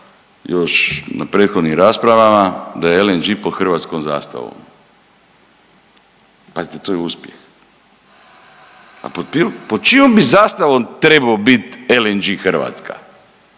još na prethodnim raspravama da je LNG pod hrvatskom zastavom. Pazite to je uspjeh! Pa pod čijom bi zastavom trebao biti LNG Hrvatska?